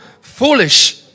foolish